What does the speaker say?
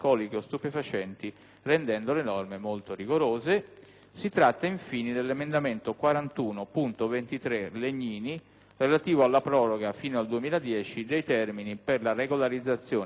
relativo alla proroga, fino al 2010, dei termini per la regolarizzazione catastale dei fabbricati rurali. Questa è la prima parte del ragionamento: gli emendamenti del Gruppo PD che sono stati approvati in Commissione.